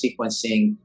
sequencing